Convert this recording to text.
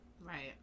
Right